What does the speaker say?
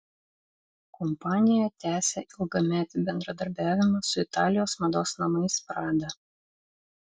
kompanija tęsia ilgametį bendradarbiavimą su italijos mados namais prada